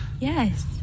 Yes